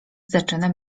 zaczyna